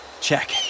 check